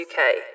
uk